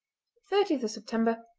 thirtieth september,